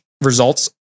results